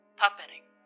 puppeting